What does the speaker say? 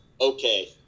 okay